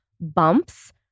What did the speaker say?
bumps